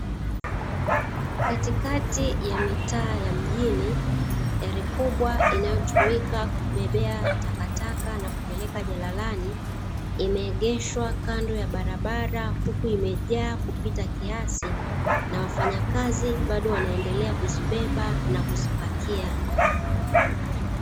Katikati ya mitaa ya mjini gari kubwa inayotumika kubebea takataka na kupeleka jalalani, imeegeshwa kando ya barabara huku imejaa kupita kiasi na wafanyakazi bado wanaendelea kuzibeba na kuzipakia.